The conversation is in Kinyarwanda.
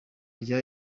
rya